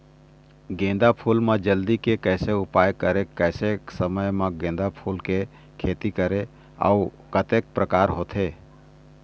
गेंदा फूल मा जल्दी के कैसे उपाय करें कैसे समय मा गेंदा फूल के खेती करें अउ कतेक प्रकार होथे?